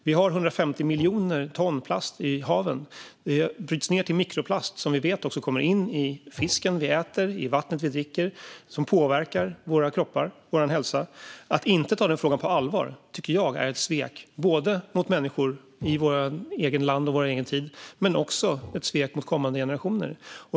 Vi har 150 miljoner ton plast i haven som bryts ned till mikroplast som hamnar i fisken vi äter och vattnet vi dricker och påverkar vår hälsa. Att inte ta denna fråga på allvar är ett svek både mot människor i vår egen tid och kommande generationer.